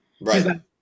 Right